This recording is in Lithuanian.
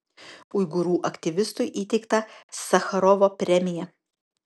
uigūrų aktyvistui įteikta sacharovo premija